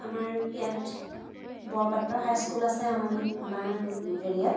আমাৰ ইয়াত Borpatra high school আছে আমাৰ আমাৰ এৰিয়াত